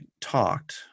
talked